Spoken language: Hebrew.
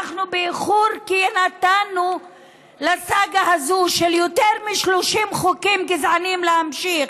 אנחנו באיחור כי נתנו לסאגה הזאת של יותר מ-30 חוקים גזעניים להמשיך,